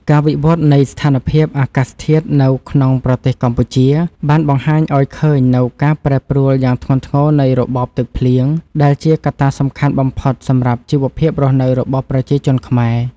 ការវិវត្តនៃស្ថានភាពអាកាសធាតុនៅក្នុងប្រទេសកម្ពុជា បានបង្ហាញឱ្យឃើញនូវការប្រែប្រួលយ៉ាងធ្ងន់ធ្ងរនៃរបបទឹកភ្លៀង ដែលជាកត្តាសំខាន់បំផុតសម្រាប់ជីវភាពរស់នៅរបស់ប្រជាជនខ្មែរ។